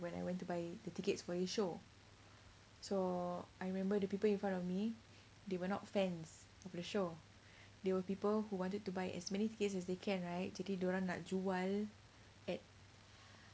when I went to buy the tickets for this show so I remember the people in front of me they were not fans of the show they were people who wanted to buy as many tickets as they can right jadi dia orang nak jual at